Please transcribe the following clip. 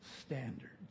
Standards